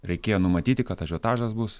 reikėjo numatyti kad ažiotažas bus